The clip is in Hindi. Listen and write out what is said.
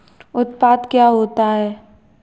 उत्पाद क्या होता है?